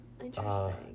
Interesting